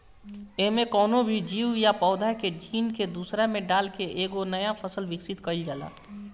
एमे कवनो भी जीव या पौधा के जीन के दूसरा में डाल के एगो नया फसल विकसित कईल जाला